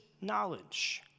knowledge